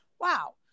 wow